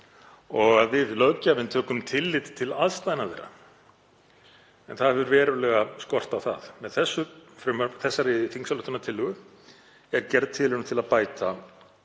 og að við, löggjafinn, tökum tillit til aðstæðna þeirra. En það hefur verulega skort á það. Með þessari þingsályktunartillögu er gerð tilraun til að bæta